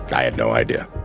i had no idea